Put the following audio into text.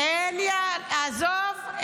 אין, עזוב.